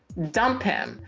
dump him.